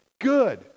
good